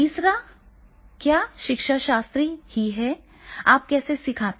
तीसरा क्या शिक्षाशास्त्र ही है आप कैसे सिखाते हैं